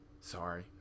sorry